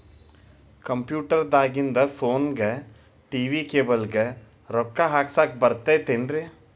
Computer ದಾಗಿಂದ್ ಫೋನ್ಗೆ, TV cable ಗೆ, ರೊಕ್ಕಾ ಹಾಕಸಾಕ್ ಬರತೈತೇನ್ರೇ?